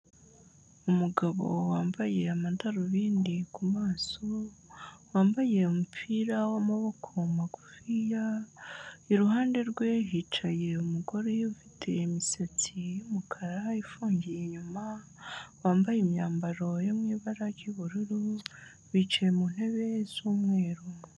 Umugabo wambaye amadarubindi ku maso, wambaye umupira w'amaboko magufiya, iruhande rwe hicaye umugore ufite imisatsi y'umukara ifungiye inyuma, wambaye imyambaro yo mu ibara ry'ubururu bicaye mu ntebe z'umweru.